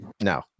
No